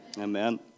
Amen